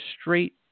straight